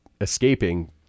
escaping